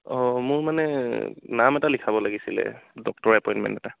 অঁ মোৰ মানে নাম এটা লিখাব লাগিছিলে ডক্টৰ এপইণ্টমেণ্ট এটা